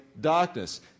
darkness